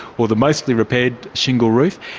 or the mostly-repaired shingle roof.